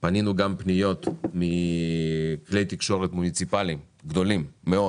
פנו כלי תקשורת מוניציפליים גדולים מאוד